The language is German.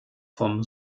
vom